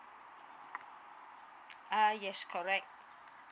ah yes correct